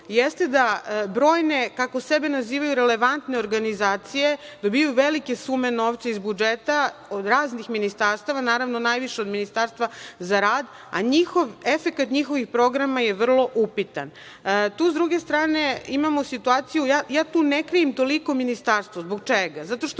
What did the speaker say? jeste da brojne, kako sebe nazivaju, relevantne organizacije dobijaju velike sume novca iz budžeta od raznih ministarstava, naravno, najviše od Ministarstva za rad, a efekat njihovih programa je vrlo upitan. Tu, s druge strane, imamo situaciju, ja tu ne krivim toliko Ministarstvo. Zbog čega? Zato što